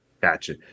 Gotcha